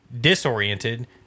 disoriented